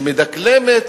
שמדקלמת